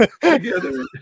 together